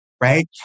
Right